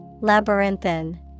Labyrinthine